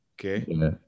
okay